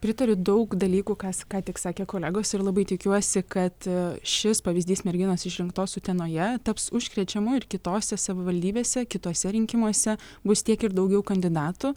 pritariu daug dalykų kas ką tik sakė kolegos ir labai tikiuosi kad šis pavyzdys merginos išrinktos utenoje taps užkrečiamu ir kitose savivaldybėse kituose rinkimuose bus tiek ir daugiau kandidatų